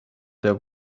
there